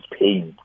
pain